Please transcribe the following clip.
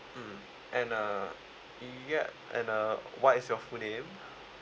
mm and uh did you get and uh what is your full name